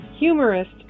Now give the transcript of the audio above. Humorist